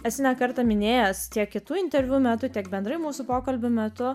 esi ne kartą minėjęs tiek kitų interviu metu tiek bendrai mūsų pokalbių metu